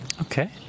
Okay